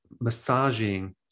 massaging